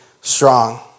strong